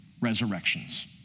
resurrections